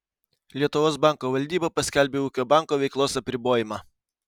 lietuvos banko valdyba paskelbė ūkio banko veiklos apribojimą